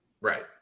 Right